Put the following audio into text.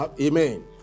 Amen